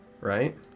right